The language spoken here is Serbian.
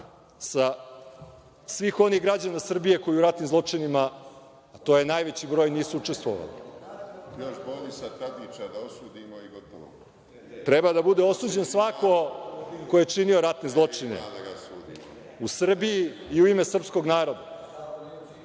sa svih onih građana Srbije koji u ratnim zločinima, a to je najveći broj, nisu učestvovali. Treba da bude osuđen svako ko je činio ratne zločine u Srbiji i u ime srpskog naroda.